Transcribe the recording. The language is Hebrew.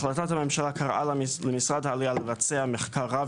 החלטת הממשלה קראה למשרד העלייה לבצע מחקר רב